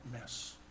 miss